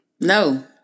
No